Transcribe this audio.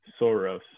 Soros